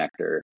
connector